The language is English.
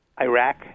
Iraq